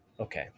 Okay